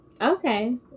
Okay